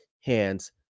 Hands